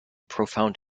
profound